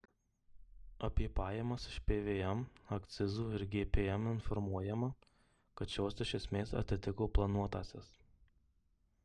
apie pajamas iš pvm akcizų ir gpm informuojama kad šios iš esmės atitiko planuotąsias